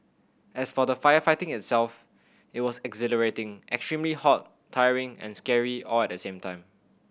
as for the firefighting itself it was exhilarating extremely hot tiring and scary all at the same time